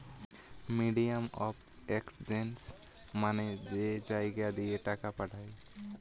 medium of exchange মানে যেই জাগা দিয়ে টাকা পাঠায়